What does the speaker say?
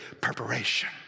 preparation